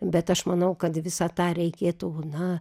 bet aš manau kad visą tą reikėtų na